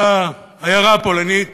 אותה עיירה פולנית,